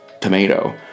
tomato